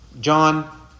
John